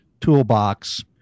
toolbox